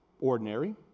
ordinary